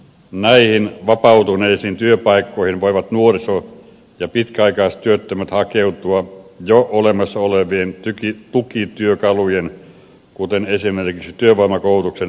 näihin vapautuneisiin työpaikkoihin voivat nuoriso ja pitkäaikaistyöttömät hakeutua jo olemassa olevien tukityökalujen kuten esimerkiksi työvoimakoulutuksen oppisopimuksen avulla